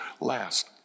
last